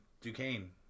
Duquesne